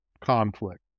conflict